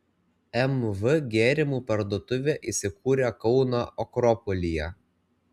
mv gėrimų parduotuvė įsikūrė kauno akropolyje